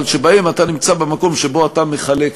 אבל בהם אתה נמצא במקום שבו אתה מחלק כספים.